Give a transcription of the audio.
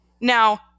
Now